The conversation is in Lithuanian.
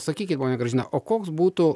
sakykit ponia gražina o koks būtų